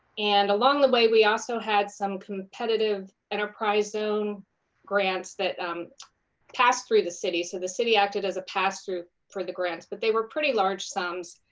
and along the way we, we also had some competitive enterprise zone grants that um passed through the city, so the city acted as a pass through for the grants, but they were pretty large sums,